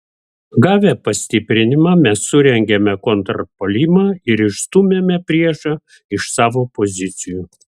gavę pastiprinimą mes surengėme kontrpuolimą ir išstūmėme priešą iš savo pozicijų